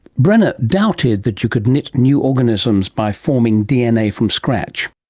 brenner doubted that you could knit new organisms by forming dna from scratch